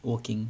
working